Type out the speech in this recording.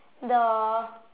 the